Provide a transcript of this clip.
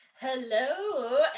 Hello